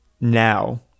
now